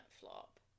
flop